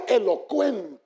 elocuente